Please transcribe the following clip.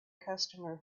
customer